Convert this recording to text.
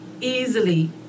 easily